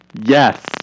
Yes